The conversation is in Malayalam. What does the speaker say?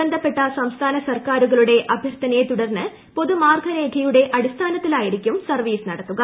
ബന്ധപ്പെട്ട സംസ്ഥാന സർക്കാരുകളുടെ അഭ്യർത്ഥനയെ തുടർന്ന് പൊതുമാർഗ്ഗരേഖയുടെ അടിസ്ഥാനത്തിലായിരിക്കും സർവ്വീസ് നടത്തുക